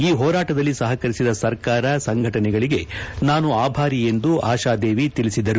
ಈ ಹೋರಾಟದಲ್ಲಿ ಸಹಕರಿಸಿದ ಸರ್ಕಾರ ಸಂಘಟನೆಗಳಿಗೆ ನಾನು ಆಭಾರಿ ಎಂದು ಆಶಾದೇವಿ ತಿಳಿಸಿದರು